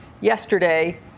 yesterday